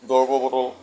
দৰৱৰ বটল